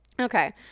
okay